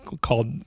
called